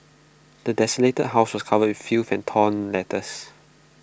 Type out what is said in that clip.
the desolated house was covered in filth and torn letters